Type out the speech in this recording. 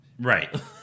Right